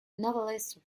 novelist